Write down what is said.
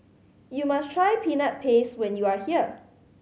you must try Peanut Paste when you are here